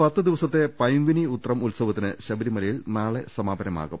പത്ത് ദിവസത്തെ പൈങ്കുനി ഉത്രം ഉത്സവത്തിന് ശബരിമലയിൽ നാളെ സമാപനമാകും